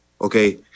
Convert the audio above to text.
Okay